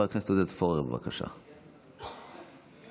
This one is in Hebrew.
חבר